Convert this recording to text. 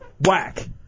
whack